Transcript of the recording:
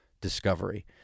discovery